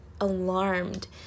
alarmed